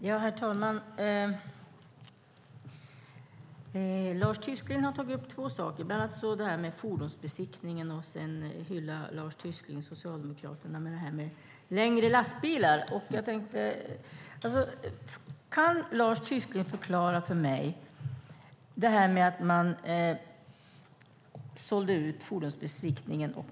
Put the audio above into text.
Herr talman! Lars Tysklind har tagit upp två saker, bland annat fordonsbesiktningen. Sedan hyllar Lars Tysklind Socialdemokraterna när det gäller det här med längre lastbilar. Kan Lars Tysklind förklara för mig varför man sålde ut fordonsbesiktningen?